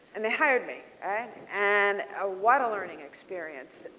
and they hired me. and and a what a learning experience.